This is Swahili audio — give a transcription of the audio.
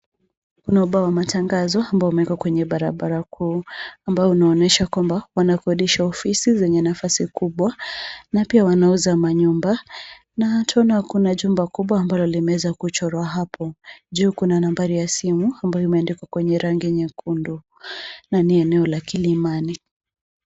Kuna ubao wa matangazo ambao umewekwa kwenye barabara kuu ambao unaonyesha kwamba wanakodisha ofisi zenye nafasi kubwa na pia wanauza manyumba na hata kuna jumba kubwa ambalo limeweza kuchorwa hapo. Juu kuna nambari ya simu ambayo imeandikwa kwenye rangi nyekundu na ni eneo la Kilimani.